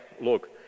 Look